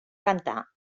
cantar